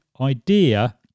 idea